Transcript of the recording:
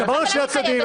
שמענו את שני הצדדים,